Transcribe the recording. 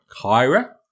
Kyra